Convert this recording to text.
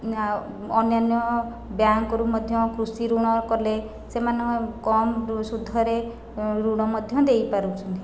ଆଉ ଅନ୍ୟାନ୍ୟ ବ୍ୟାଙ୍କରୁ ମଧ୍ୟ କୃଷି ଋଣ କଲେ ସେମାନେ କମ୍ ସୁଧରେ ଋଣ ମଧ୍ୟ ଦେଇପାରୁଛନ୍ତି